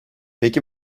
peki